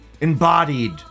embodied